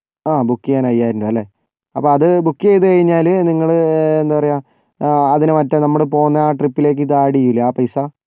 ആ ബുക്ക് ചെയ്യാൻ അയ്യായിരം രൂപ അല്ലെ അപ്പോൾ അത് ബുക്ക് ചെയ്ത് കഴിഞ്ഞാല് നിങ്ങള് എന്താ പറയുക അതിനെ മറ്റേ നമ്മൾ പോകുന്ന ആ ട്രിപ്പിലേക്ക് ഇത് ആഡ് ചെയ്യുകയില്ലെ ആ പൈസ